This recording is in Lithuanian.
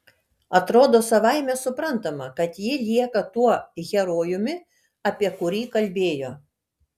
atrodo savaime suprantama kad ji lieka tuo herojumi apie kurį kalbėjo